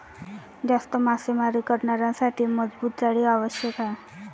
जास्त मासेमारी करण्यासाठी मजबूत जाळी आवश्यक आहे